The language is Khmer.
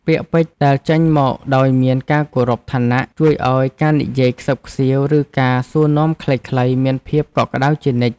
ពាក្យពេចន៍ដែលចេញមកដោយមានការគោរពឋានៈជួយឱ្យការនិយាយខ្សឹបខ្សៀវឬការសួរនាំខ្លីៗមានភាពកក់ក្តៅជានិច្ច។